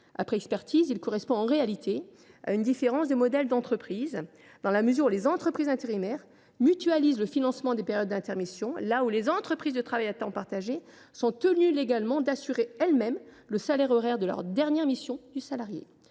Après expertise, il correspond en réalité à une différence de modèle d’entreprise, dans la mesure où les entreprises intérimaires mutualisent le financement des périodes d’intermission, là où les ETTP sont tenues légalement d’assurer elles mêmes le salaire horaire de la dernière mission du salarié,